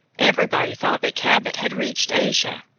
everybody thought that cabot had reached asia,